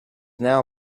now